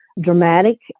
dramatic